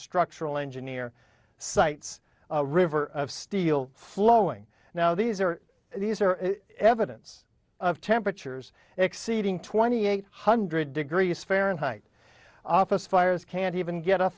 structural engineer cites river of steel flowing now these are are these evidence of temperatures exceeding twenty eight hundred degrees fahrenheit office fires can't even get a